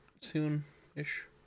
soon-ish